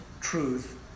truth